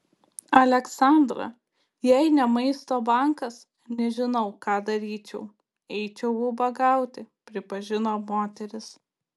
aleksandra jei ne maisto bankas nežinau ką daryčiau eičiau ubagauti pripažino moteris